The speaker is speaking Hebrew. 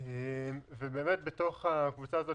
עוד לפני הקורונה.